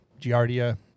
Giardia